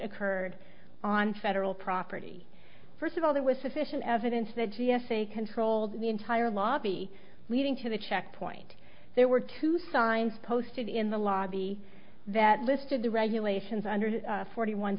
occurred on federal property first of all there was sufficient evidence that g s a controlled the entire lobby leading to the checkpoint there were two signs posted in the lobby that listed the regulations under forty one